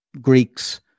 Greeks